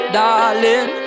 darling